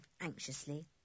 anxiously